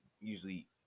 usually